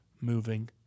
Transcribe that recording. moving